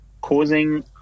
causing